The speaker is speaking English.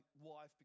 wife